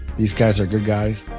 these guys are good guys,